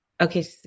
Okay